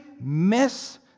miss